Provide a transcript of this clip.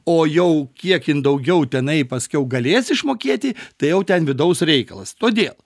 o jau kiek jin daugiau tenai paskiau galės išmokėti tai jau ten vidaus reikalas todėl